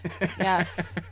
Yes